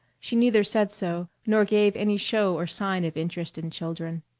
she neither said so nor gave any show or sign of interest in children.